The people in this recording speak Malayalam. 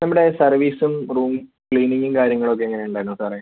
നമ്മുടെ സർവീസും റൂം ക്ലീനിംഗും കാര്യങ്ങളൊക്കെ എങ്ങനെ ഉണ്ടായിരുന്നു സാറേ